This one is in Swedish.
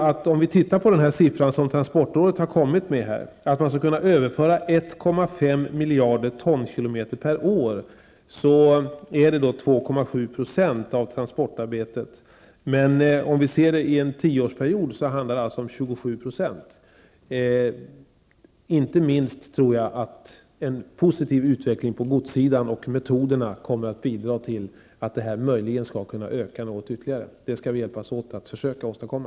Låt oss titta på de siffror som transportrådet redovisat, nämligen att man skulle kunna överföra 1,5 miljarder tonkm/år motsvarande 2,7 % av transportarbetet. I en tioårsperiod handlar det alltså om 27 %. Jag tror att inte minst en positiv utveckling på godssidan och när det gäller metoderna kommer att bidra till att detta möjligen skall kunna ökas ytterligare något. Det skall vi hjälpas åt att försöka åstadkomma.